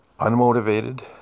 unmotivated